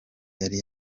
yari